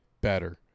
better